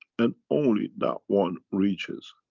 and only that one reaches.